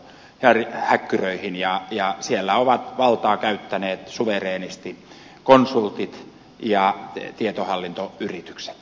jari ahon kykyihin tietohallintohäkkyröihin ja siellä ovat valtaa käyttäneet suvereenisti konsultit ja tietohallintoyritykset